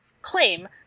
claim